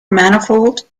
manifold